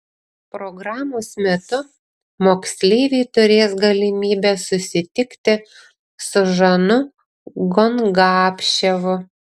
programos metu moksleiviai turės galimybę susitikti su žanu gongapševu